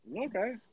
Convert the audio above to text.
Okay